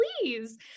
please